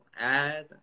add